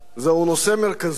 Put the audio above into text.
זהו נושא מרכזי,